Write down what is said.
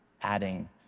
adding